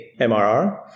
MRR